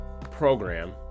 program